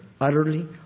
utterly